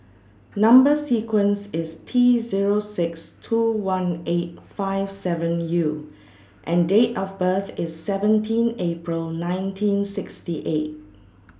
Number sequence IS T Zero six two one eight five seven U and Date of birth IS seventeen April nineteen sixty eight